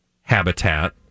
habitat